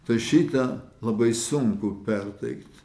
tai šitą labai sunku perteikt